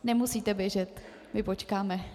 Nemusíte běžet, my počkáme.